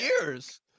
years